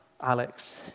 Alex